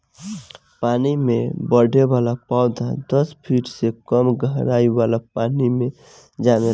पानी में बढ़े वाला पौधा दस फिट से कम गहराई वाला पानी मे जामेला